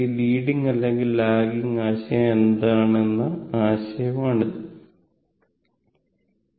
ഈ ലീഡിംഗ് അല്ലെങ്കിൽ ലാഗിംഗ് ആശയം എന്താണ് എന്ന ആശയമാണിത്